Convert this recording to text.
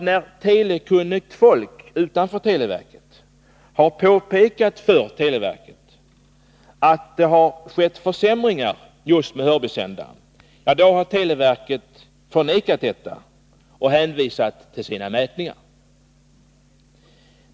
När telekunnigt folk utanför televerket har påpekat för televerket att det har skett försämringar just i fråga om Hörbysändaren, har televerket förnekat detta och hänvisat till sina mätningar.